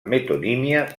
metonímia